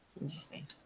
Interesting